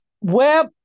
web